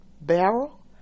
barrel